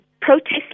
protest